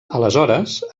aleshores